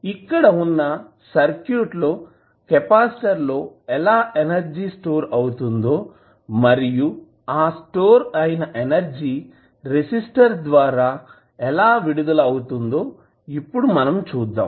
ఇక్కడ ఉన్న సర్క్యూట్ లో కెపాసిటర్ లో ఎలా ఎనర్జీ స్టోర్ అవుతుందో మరియు ఆస్టోర్ అయిన ఎనర్జీ రెసిస్టర్ ద్వారా ఎలా విడుదల అవుతుందో ఇప్పుడు మనం చూద్దాం